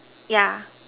yeah